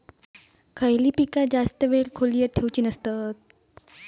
खयली पीका जास्त वेळ खोल्येत ठेवूचे नसतत?